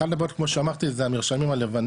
אחת הבעיות כמו שאמרתי זה המרשמים הלבנים,